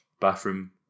bathroom